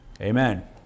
Amen